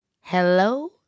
Hello